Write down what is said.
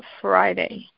Friday